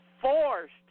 forced